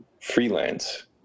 freelance